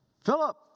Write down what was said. Philip